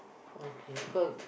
okay cause